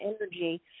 energy